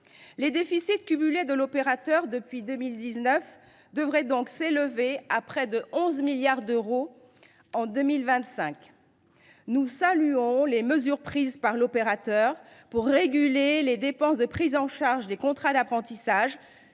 Les déficits cumulés de l’opérateur depuis 2019 devraient donc s’élever à près de 11 milliards d’euros en 2025. Nous saluons les mesures prises par l’opérateur pour réguler les dépenses de prise en charge des contrats d’apprentissage